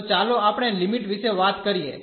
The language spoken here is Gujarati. તો ચાલો આપણે લિમિટ વિશે વાત કરીએ